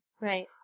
Right